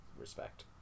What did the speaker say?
respect